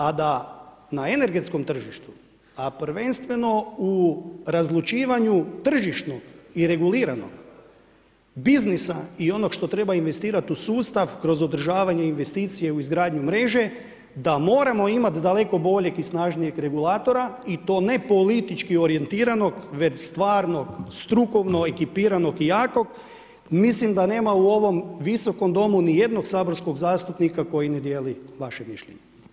A da na energetskom tržištu, a prvenstveno u razlučivanju tržišnog i reguliranog biznisa i onog što treba investirati u sustav kroz održavanje investicije u izgradnju mreže da moramo imati daleko boljeg i snažnijeg regulatora i to ne politički orijentiranog već stvarnog strukovno ekipiranog i jakog i mislim da nema u ovom Visokom domu ni jednog saborskog zastupnika koji ne dijeli vaše mišljenje.